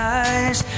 eyes